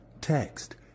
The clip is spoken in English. Text